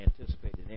anticipated